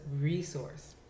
resource